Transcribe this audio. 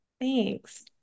Thanks